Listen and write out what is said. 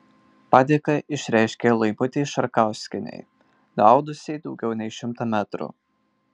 padėką išreiškė laimutei šarkauskienei nuaudusiai daugiau nei šimtą metrų